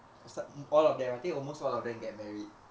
all of them I think almost all of them get married